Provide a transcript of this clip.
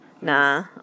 Nah